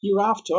Hereafter